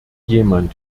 jemand